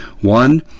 One